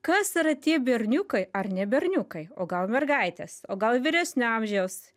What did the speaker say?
kas yra tie berniukai ar ne berniukai o gal mergaitės o gal vyresnio amžiaus